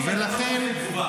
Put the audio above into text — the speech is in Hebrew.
כי אתה לא רוצה תגובה.